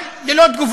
אבל, ללא תגובה.